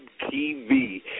TV